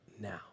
now